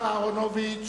השר אהרונוביץ